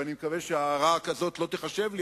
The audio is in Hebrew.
ואני מקווה שהערה כזאת לא תיחשב לי,